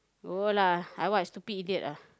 no lah I what stupid idiot lah